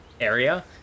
area